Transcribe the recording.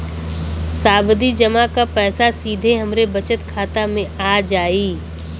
सावधि जमा क पैसा सीधे हमरे बचत खाता मे आ जाई?